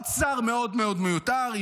עוד שר מאוד מאוד מיותר,